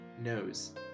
knows